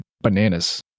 bananas